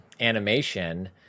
animation